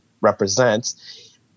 represents